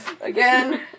Again